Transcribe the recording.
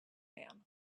man